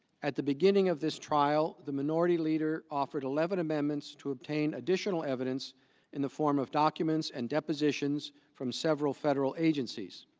at the beginning of this trial the minority leader offered eleven minutes to obtain additional evidence in the form of documents and depositions from several federal agencies.